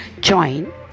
join